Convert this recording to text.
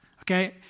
Okay